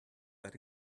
that